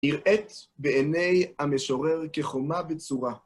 נראית בעיני המשורר כחומה בצורה.